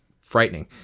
frightening